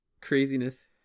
craziness